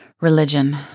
religion